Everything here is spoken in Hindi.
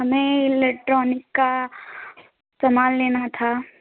हमें इलेक्ट्रॉनिक का सामान लेना था